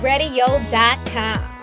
Radio.com